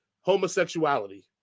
homosexuality